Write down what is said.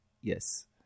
yes